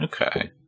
Okay